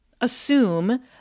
assume